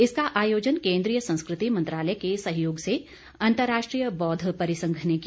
इसका आयोजन केन्द्रीय संस्कृति मंत्रालय के सहयोग से अंतर्राष्ट्रीय बौद्ध परिसंघ ने किया